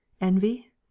Envy